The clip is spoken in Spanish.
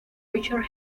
richard